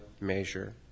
measure